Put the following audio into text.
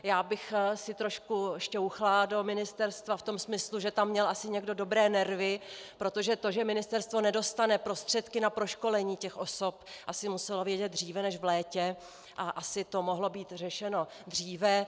Já bych si trošku šťouchla do ministerstva v tom smyslu, že tam měl asi někdo dobré nervy, protože to, že ministerstvo nedostane prostředky na proškolení osob, asi muselo vědět dříve než v létě, ale asi to mohlo být řešeno dříve.